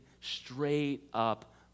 straight-up